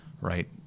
right